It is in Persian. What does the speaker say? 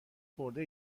خورده